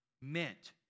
meant